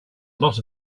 lot